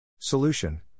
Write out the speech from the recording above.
Solution